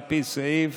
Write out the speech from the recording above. על פי סעיף